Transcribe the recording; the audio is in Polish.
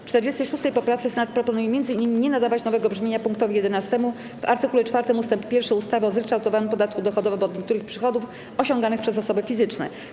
W 46. poprawce Senat proponuje m.in. nie nadawać nowego brzmienia pkt 11 w art. 4 ust. 1 ustawy o zryczałtowanym podatku dochodowym od niektórych przychodów osiąganych przez osoby fizyczne.